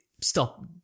Stop